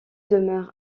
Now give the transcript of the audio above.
demeure